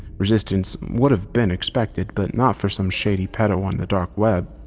resistance would've been expected, but not for some shady pedo on the dark web.